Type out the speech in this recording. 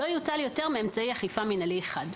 לא יוטל יותר מאמצעי אכיפה מינהלי אחד.